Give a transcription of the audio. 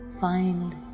Find